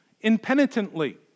impenitently